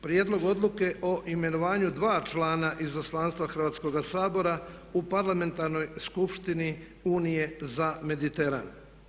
Prijedlog Odluke o imenovanju dva člana Izaslanstva Hrvatskoga Sabora u Parlamentarnoj skupštini Unije za Mediteran.